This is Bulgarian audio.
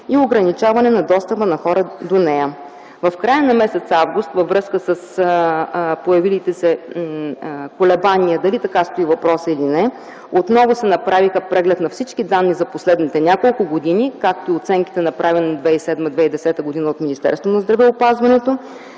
и ограничаване достъпа на хора до нея. В края на м. август т.г. във връзка с появилите се колебания дали така стои въпросът или не, отново се направи преглед на всички данни за последните няколко години, както и оценките, направени 2007-2010 г. от Министерство на здравеопазването,